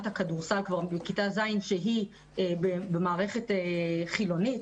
הכדורסל כבר מכיתה ז' שהיא במערכת החילונית,